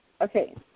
Okay